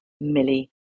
Millie